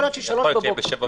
יכול להיות ש-03:00 בבוקר.